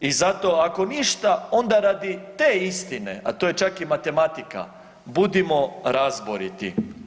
I zato ako ništa onda radi te istine, a to je čak i matematika budimo razboriti.